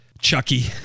Chucky